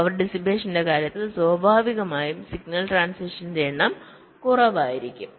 power ഡിസ്സിപേഷന്റെ കാര്യത്തിൽ സ്വാഭാവികമായും സിഗ്നൽ ട്രാന്സിഷൻസിന്റെ എണ്ണം കുറവായിരിക്കും